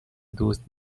دزد